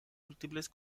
múltiples